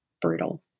brutal